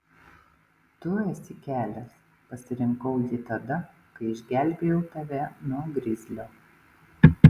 tu esi kelias pasirinkau jį tada kai išgelbėjau tave nuo grizlio